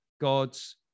God's